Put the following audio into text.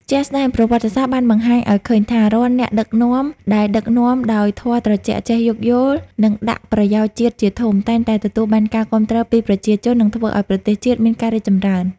ជាក់ស្ដែង ប្រវត្តិសាស្ត្របានបង្ហាញឱ្យឃើញថា រាល់អ្នកដឹកនាំដែលដឹកនាំដោយធម៌ត្រជាក់ ចេះយោគយល់ និងដាក់ប្រយោជន៍ជាតិជាធំ តែងតែទទួលបានការគាំទ្រពីប្រជាជន និងធ្វើឱ្យប្រទេសជាតិមានការរីកចម្រើន។